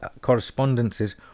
correspondences